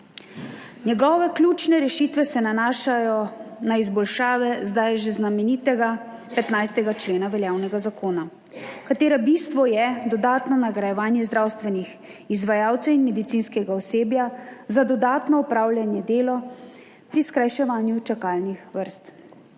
Njegove ključne rešitve se nanašajo na izboljšave zdaj že znamenitega 15. člena veljavnega zakona, katerega bistvo je dodatno nagrajevanje zdravstvenih izvajalcev in medicinskega osebja za dodatno opravljanje dela pri skrajševanju čakalnih vrst.